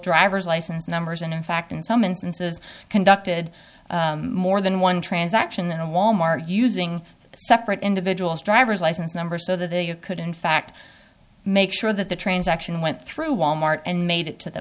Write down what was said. driver's license numbers and in fact in some instances conducted more than one transaction in a wal mart using separate individuals driver's license number so that they could in fact make sure that the transaction went through wal mart and made it to the